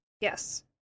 Yes